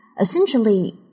essentially